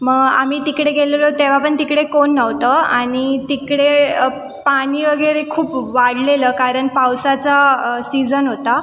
मग आम्ही तिकडे गेलेलो तेव्हा पण तिकडे कोण नव्हतं आणि तिकडे पाणी वगैरे खूप वाढलेलं कारण पावसाचा सीझन होता